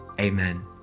amen